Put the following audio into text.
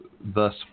thus